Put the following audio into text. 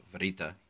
Verita